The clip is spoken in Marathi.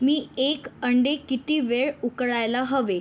मी एक अंडे किती वेळ उकळायला हवे